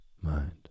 Mind